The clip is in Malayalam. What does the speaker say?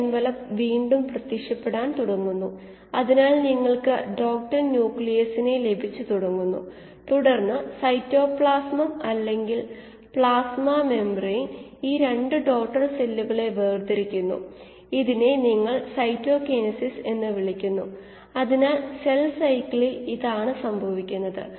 ബാച്ചിനുള്ള സമയം ലാഗ് ഘട്ടം ഇല്ലായെന്ന് കരുതുക എന്നാൽ നമുക്ക് കിട്ടുന്നത് നമ്മൾ ഇത് അനുമാനിക്കുമ്പോൾ 𝐾𝑆 ≪ 𝑆 µ 𝜇𝑚 ലാഗ് ഫേസ് പ്രധാനമാണെങ്കിൽ ഉൽപാദനക്ഷമതയുടെ അനുപാതത്തെക്കുറിച്ച് ഒരു ധാരണ ലഭിക്കുന്നതിനാണ് ഞാൻ ഇതെല്ലാം ചെയ്യുന്നത്